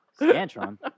Scantron